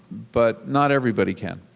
but not everybody can.